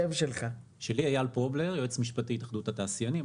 אייל פרובלר, יועץ משפטי בהתאחדות התעשיינים.